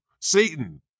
Satan